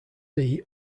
see